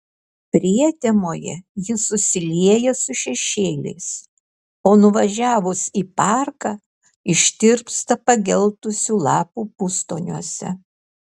prietemoje ji susilieja su šešėliais o nuvažiavus į parką ištirpsta pageltusių lapų pustoniuose